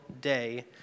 day